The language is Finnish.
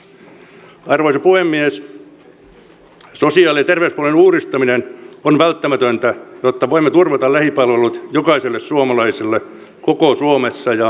sosiaali ja terveyspalvelujen uudistaminen on välttämätöntä jotta voimme turvata lähipalvelut jokaiselle suomalaiselle koko suomessa ja myös tulevaisuudessa